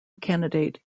candidate